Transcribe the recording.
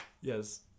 Yes